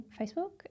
Facebook